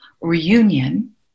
reunion